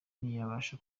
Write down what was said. ntiyabasha